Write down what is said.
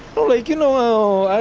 but like you know,